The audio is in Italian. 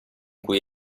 cui